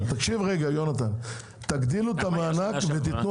יונתן, תגדילו את המענק ותיתנו